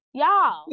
y'all